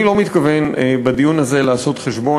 אני לא מתכוון בדיון הזה לעשות חשבון